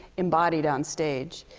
embodied on stage.